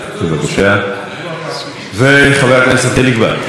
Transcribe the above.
בבקשה, חבר הכנסת חיליק בר,